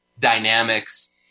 dynamics